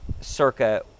circa